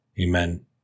Amen